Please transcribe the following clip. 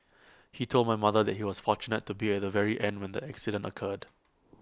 he told my mother that he was fortunate to be at the very end when the accident occurred